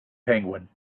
penguin